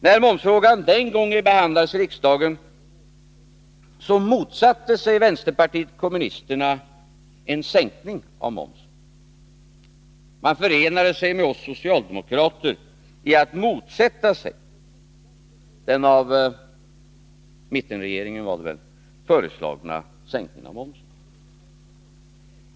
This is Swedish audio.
När momsfrågan den gången behandlades i riksdagen motsatte sig vänsterpartiet kommunisterna en sänkning av momsen. De förenade sig med oss socialdemokrater i att motsätta sig den av mittenregeringen — tror jag det var — föreslagna sänkningen av momsen.